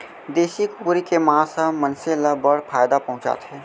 देसी कुकरी के मांस ह मनसे ल बड़ फायदा पहुंचाथे